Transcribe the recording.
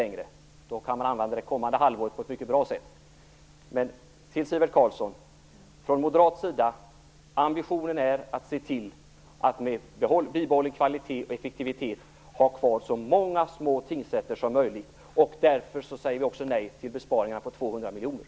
Då kan man använda det kommande halvåret på ett mycket bra sätt. Från moderat sida är ambitionen att se till att med bibehållen kvalitet och effektivitet ha kvar så många små tingsrätter som möjligt, Sivert Carlsson. Därför säger vi också nej till besparingar på 200 miljoner.